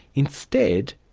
instead,